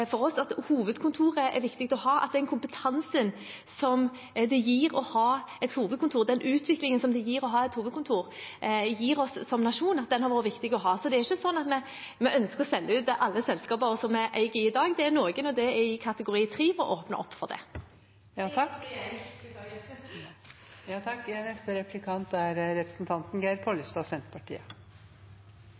viktig å ha, og den kompetansen som det gir å ha et hovedkontor, den utviklingen som det gir oss som nasjon å ha et hovedkontor, er også viktig å ha. Så det er ikke sånn at vi ønsker å selge ut alle selskaper som vi er eier i i dag. Det er for noen av dem i kategori 1 vi åpner opp for det.